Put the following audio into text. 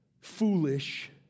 foolish